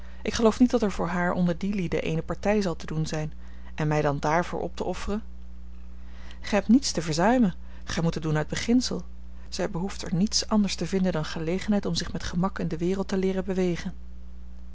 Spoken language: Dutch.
ik geloof niet dat er voor haar onder die lieden eene partij zal te doen zijn en mij dan daarvoor op te offeren gij hebt niets te verzuimen gij moet het doen uit beginsel zij behoeft er niets anders te vinden dan gelegenheid om zich met gemak in de wereld te leeren bewegen